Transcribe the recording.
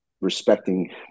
respecting